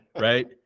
Right